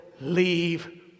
leave